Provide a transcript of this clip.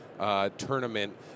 Tournament